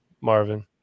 Marvin